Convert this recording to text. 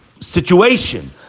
situation